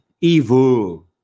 Evil